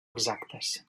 exactes